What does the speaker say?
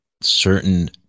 certain